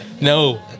no